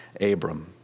Abram